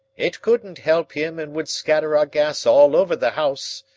it couldn't help him and would scatter our gas all over the house,